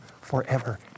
forever